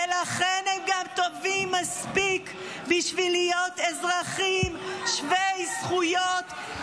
ולכן הם גם טובים מספיק בשביל להיות אזרחים שווי זכויות,